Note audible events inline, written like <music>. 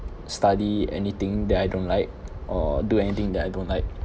study anything that I don't like <noise> or do anything that I don't like